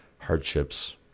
hardships